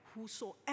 whosoever